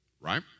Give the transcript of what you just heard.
right